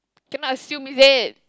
cannot assume is it